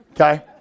Okay